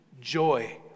joy